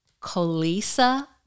Colisa